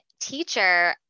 teacher